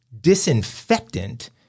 disinfectant